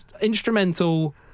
instrumental